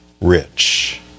rich